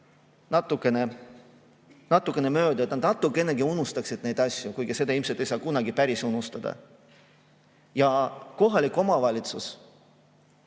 natukene mööda, et nad natukenegi unustaksid neid asju, kuigi seda ilmselt ei saa kunagi päris unustada. Ja kohalik omavalitsus,